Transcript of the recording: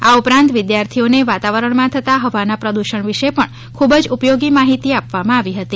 આ ઉપરાંત વિદ્યાર્થીઓનેવાતાવરણમાં થતા હવાના પ્રદુષણ વિશે ખુબ જ ઉપયોગી માહિતી આપવામાં આવી હતી